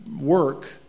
work